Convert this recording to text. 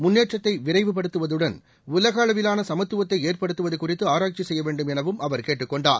முன்னேற்றத்தை விரைவுபடுத்துவதுடன் உலக அளவிலான சமத்துவத்தை ஏற்படுத்துவது குறித்து ஆராய்ச்சி செய்ய வேண்டும் எனவும் அவர் கேட்டுக் கொண்டார்